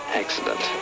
accident